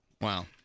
Wow